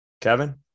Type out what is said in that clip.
Kevin